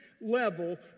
level